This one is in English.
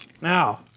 Now